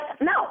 no